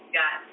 got